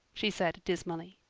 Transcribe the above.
she said dismally.